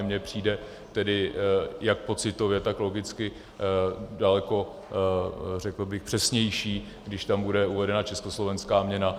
Mně přijde tedy jak pocitově, tak logicky daleko přesnější, když tam bude uvedena československá měna.